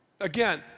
again